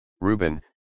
Reuben